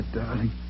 darling